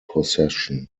possession